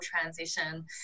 transition